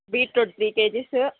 beetroot three kgs